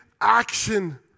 action